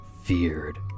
feared